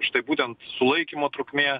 štai būtent sulaikymo trukmė